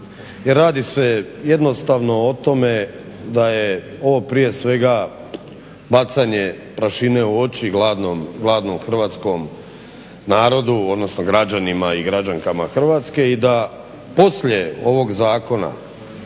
Jer radi se jednostavno o tome da je ovo prije svega bacanje prašine u oči gladnom hrvatskom narodu, odnosno gađanima i građankama Hrvatske i da poslije ovog Zakona